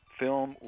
film